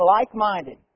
like-minded